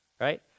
Right